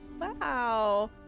Wow